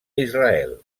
israel